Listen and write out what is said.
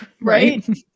Right